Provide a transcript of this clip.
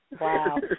Wow